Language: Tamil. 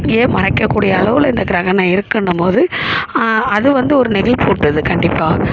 ஏ மறைக்கக்கூடிய அளவில் இந்த கிரகணம் இருக்குன்னும் போது அது வந்து ஒரு நெகிழ்ப்பூட்டுது கண்டிப்பாக